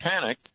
panic